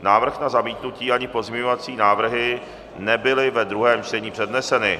Návrh na zamítnutí ani pozměňovací návrhy nebyly ve druhém čtení předneseny.